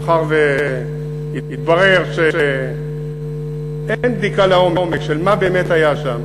מאחר שהתברר שאין בדיקה לעומק של מה באמת היה שם,